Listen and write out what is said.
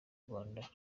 rwanda